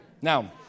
Now